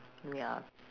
ya